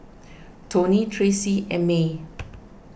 Tony Tracy and Maye